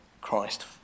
Christ